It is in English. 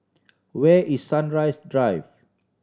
where is Sunrise Drive